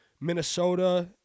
Minnesota